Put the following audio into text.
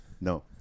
No